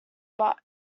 but